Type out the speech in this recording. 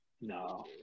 No